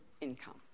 income